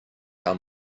how